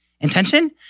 intention